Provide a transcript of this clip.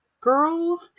girl